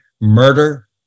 murder